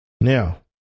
Now